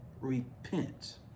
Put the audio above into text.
repent